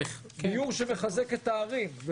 דיור שמחזק את הערים -- איפה שיש צורך.